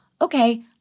okay